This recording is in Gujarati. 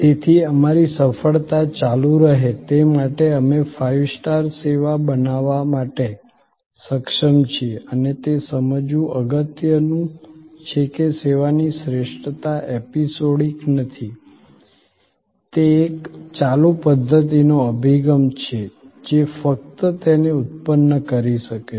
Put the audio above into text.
તેથી અમારી સફળતા ચાલુ રહે તે માટે અમે ફાઇવ સ્ટાર સેવા બનાવવા માટે સક્ષમ છીએ અને તે સમજવું અગત્યનું છે કે સેવાની શ્રેષ્ઠતા એપિસોડિક નથી તે એક ચાલુ પધ્ધતિનો અભિગમ છે જે ફક્ત તેને ઉત્પન્ન કરી શકે છે